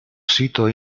sito